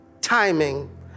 timing